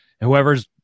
Whoever's